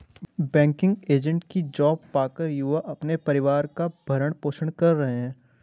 banking agent की job पाकर युवा अपने परिवार का भरण पोषण कर रहे है